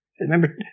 Remember